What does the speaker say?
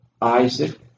Isaac